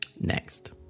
Next